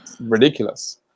ridiculous